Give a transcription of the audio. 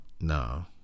No